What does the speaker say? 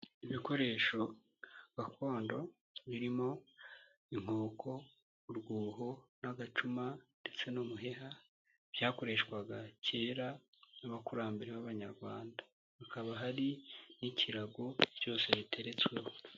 ibikoresho gakondo birimo inkoko urwuho n'agacuma ndetse n'umuheha byakoreshwaga kera n'abakurambere b'abanyarwanda hakaba hari n'ikirago byose biteretsweho.